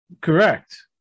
Correct